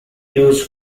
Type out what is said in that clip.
used